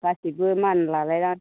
गासैबो मान लालायनानै